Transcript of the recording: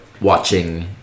watching